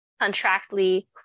contractly